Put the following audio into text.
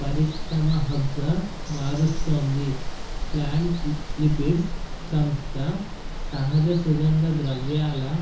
పరిశ్రమ హబ్గా మారుస్తోంది ప్లాంట్ లిపిడ్స్ సంస్థ సహజ సుగంధ ద్రవ్యాల